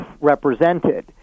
represented